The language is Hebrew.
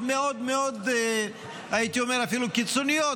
מאוד מאוד הייתי אומר אפילו קיצוניות,